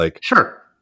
Sure